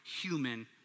human